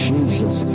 Jesus